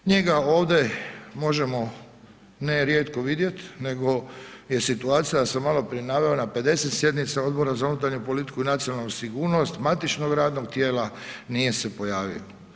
Njega ovdje možemo ne rijetko vidjet nego je situacija da sam maloprije naveo na 50 sjednica Odbora za unutarnju politiku i nacionalnu sigurnost matičnog radnog tijela nije se pojavi.